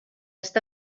està